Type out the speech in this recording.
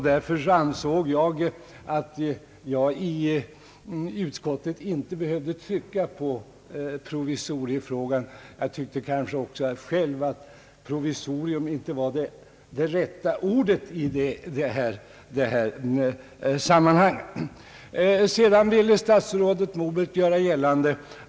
Därför ansåg jag att jag i utskottet inte behövde trycka på provisoriefrågan. Jag tycker heller inte att provisorium är det rätta ordet i sammanhanget, men det är väl närmast en smakfråga.